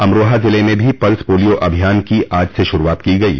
अमरोहा ज़िले में भी पल्स पोलियो अभियान की आज से श्रूआत की गयी